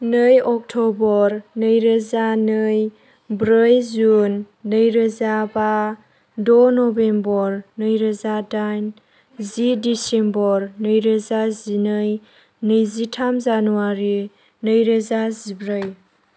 नै अक्ट'बर नैरोजा नै ब्रै जुन नैरोजा बा द' नबेम्बर नैरोजा दाइन जि दिसेम्बर नैरोजा जिनै नैजिथाम जानुवारि नैरोजा जिब्रै